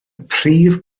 prif